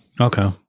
Okay